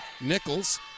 Nichols